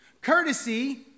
courtesy